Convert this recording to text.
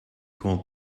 called